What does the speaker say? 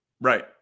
Right